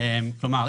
כלומר,